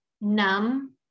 numb